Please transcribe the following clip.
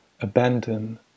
abandon